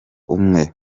umwe